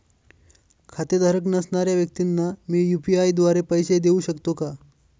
खातेधारक नसणाऱ्या व्यक्तींना मी यू.पी.आय द्वारे पैसे देऊ शकतो का?